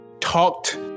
talked